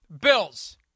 Bills